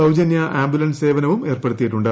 സൌജന്യ ആംബുലൻസ് സേവനവും ഏർപ്പെടുത്തിയിട്ടുണ്ട്